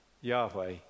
Yahweh